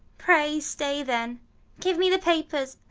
pray stay then give me the papers,